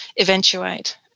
eventuate